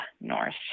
North